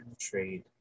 trade